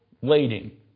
waiting